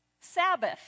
Sabbath